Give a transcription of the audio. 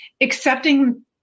accepting